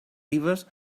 ribes